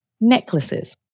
Necklaces